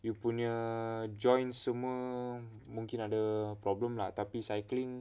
you punya joints semua mungkin ada another problem lah tapi cycling